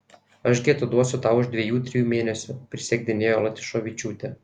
aš gi atiduosiu tau už dviejų trijų mėnesių prisiekdinėjo latyšovičiūtė